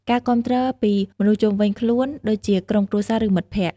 ការគាំទ្រពីមនុស្សជុំវិញខ្លួន ដូចជាក្រុមគ្រួសារ ឬមិត្តភក្តិ។